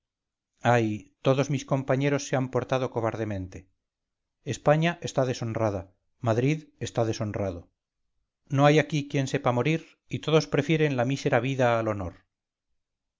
ay todos mis compañeros se han portado cobardemente españa está deshonrada madrid está deshonrado no hay aquí quien sepa morir y todos prefieren la mísera vida al honor